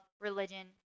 religion